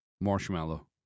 marshmallow